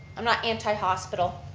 i'm not anti-hospital,